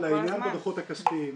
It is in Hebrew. אבל לעניין הדוחות הכספיים,